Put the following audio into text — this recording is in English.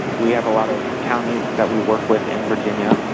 we have a lot of counties that we work with in virginia,